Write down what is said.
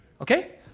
Okay